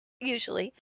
usually